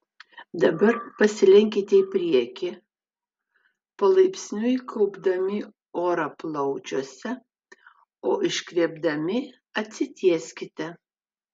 dabar pasilenkite į priekį palaipsniui kaupdami orą plaučiuose o iškvėpdami atsitieskite